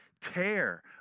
tear